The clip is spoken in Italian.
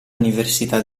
università